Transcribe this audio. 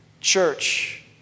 Church